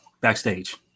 backstage